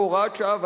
כהוראת שעה,